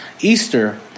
Easter